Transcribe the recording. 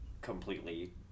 completely